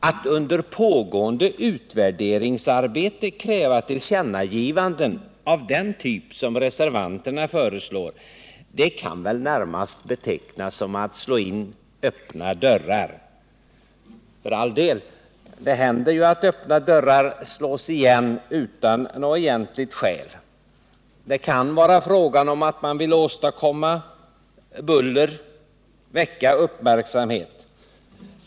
Att under pågående arbete med utvärderingen kräva tillkännagivanden av den typ som reservanterna föreslår kan väl närmast betecknas som att slå in öppna dörrar. För all del, det händer ju att öppna dörrar slås igen utan något egentligt skäl. Det kan vara fråga om att åstadkomma buller och väcka uppmärksamhet.